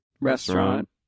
restaurant